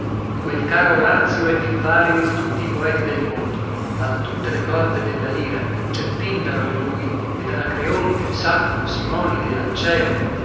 quel caro orazio è il più vario di tutti i poeti del mondo ha tutte le corde della lira c'è pindaro in lui ed anacreonte saffo simonide alceo